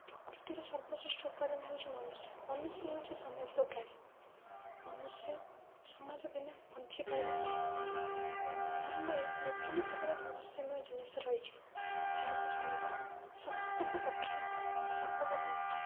ପ୍ରକୃତିର ସର୍ବଶ୍ରେଷ୍ଠ ଉପାଦାନ ହେଉଛି ମନୁଷ୍ୟ ମୁଷ୍ୟ ହେଉଛି ସାମାଜିକ ପ୍ରାଣୀ ମନୁଷ୍ୟ ସମାଜ ବିନା ବଞ୍ଚି ପାରିନଥାଏ ବ୍ରହ୍ମାଣ୍ଡରେ ବିଭିନ୍ନ ପ୍ରକାର ରହସ୍ୟମୟ ଜିନିଷ ରହିଛି ଯାହାକୁ ଜାଣିବା ସମସ୍ତଙ୍କ ପକ୍ଷେ ସମ୍ଭବ ହୋଇନଥାଏ